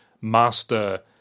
master